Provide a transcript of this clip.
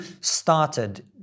started